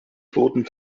wurden